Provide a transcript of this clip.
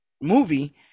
movie